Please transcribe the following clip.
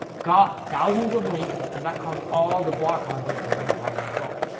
got thousands of links, and that caused all the blog content to rank higher as well.